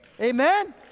Amen